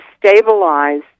stabilize